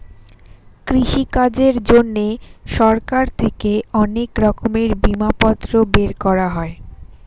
কৃষিকাজের জন্যে সরকার থেকে অনেক রকমের বিমাপত্র বের করা হয়